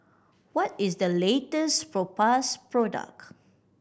what is the latest Propass product